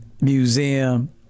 museum